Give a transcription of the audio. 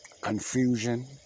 confusion